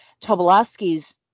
Tobolowski's